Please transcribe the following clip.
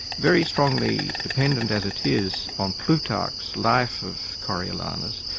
very strongly dependent, as it is, on plutarch's life of coriolanus,